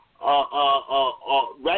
right